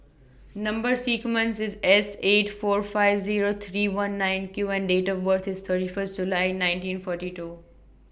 Number sequence IS S eight four five Zero three one nine Q and Date of birth IS thirty First July nineteen forty two